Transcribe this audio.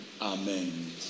Amen